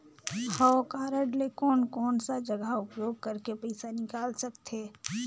हव कारड ले कोन कोन सा जगह उपयोग करेके पइसा निकाल सकथे?